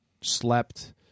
slept